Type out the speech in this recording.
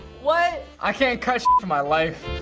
what? i can't cut for my life.